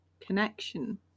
connection